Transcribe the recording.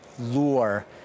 lure